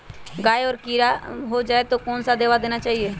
गाय को अगर कीड़ा हो जाय तो कौन सा दवा देना चाहिए?